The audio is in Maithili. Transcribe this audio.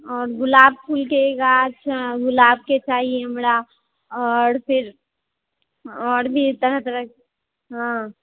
आ गुलाब फूलके गाछ गुलाबके चाही हमरा आओर फिर आओर भी तरह तरह हाँ